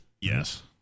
Yes